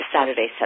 Saturday